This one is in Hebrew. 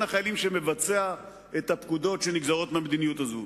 החיילים שמבצע את הפקודות שנגזרות מהמדיניות הזאת.